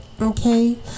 Okay